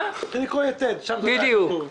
הבונדס מגייס את החוב, ואנחנו מקבלים ממנו כספים.